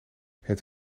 het